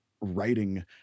writing